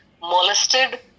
molested